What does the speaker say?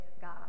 God